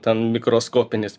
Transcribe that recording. ten mikroskopinis